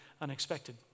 unexpected